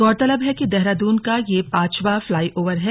गौरतलब है कि देहरादून का यह पांचवां फलाईओवर है